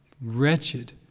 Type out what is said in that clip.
wretched